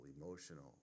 emotional